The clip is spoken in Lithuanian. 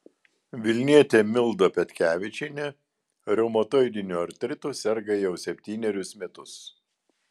vilnietė milda petkevičienė reumatoidiniu artritu serga jau septynerius metus